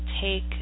Take